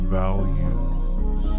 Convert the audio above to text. values